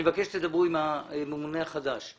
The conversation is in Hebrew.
יואב, אני מבקש שתדברו עם הממונה החדש.